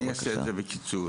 אעשה את זה בקיצור